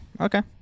okay